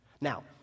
Now